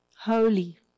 holy